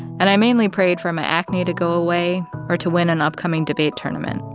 and i mainly prayed for my acne to go away or to win an upcoming debate tournament.